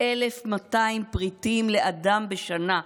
1,200 פריטים לאדם בשנה.